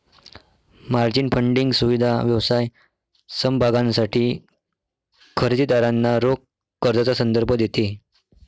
margin funding सुविधा व्यवसाय समभागांसाठी खरेदी दारांना रोख कर्जाचा संदर्भ देते